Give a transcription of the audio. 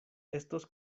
estos